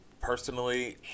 Personally